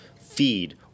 feed